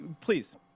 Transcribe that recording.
please